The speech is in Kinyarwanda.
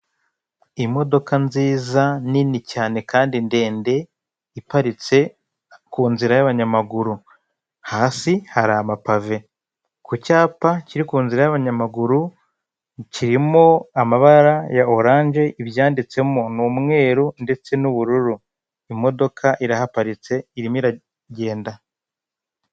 Imodoka nziza nini cyane kandi ndende iparitse ku nzira y'abanyamaguru, hasi hari amapave ku cyapa kiri ku nzira y'abanyamaguru kirimo amabara ya oranje ibyanditsemo ni umweru ndetse n'ubururu imodoka irahaparitse irimo iragenda.